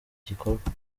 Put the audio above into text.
gikorwa